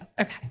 Okay